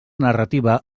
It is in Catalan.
narrativa